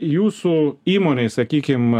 jūsų įmonėj sakykim